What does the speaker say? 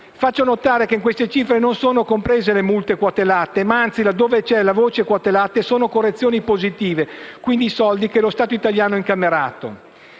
Faccio notare che in queste cifre non sono comprese le multe quote latte; anzi, laddove vi è la voce quote latte, sono correzioni positive (quindi soldi che lo Stato italiano ha incamerato).